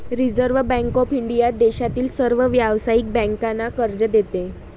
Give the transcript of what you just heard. reserve Bank of India देशातील सर्व व्यावसायिक बँकांना कर्ज देते